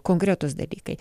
konkretūs dalykai